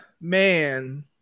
Man